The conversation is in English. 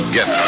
Get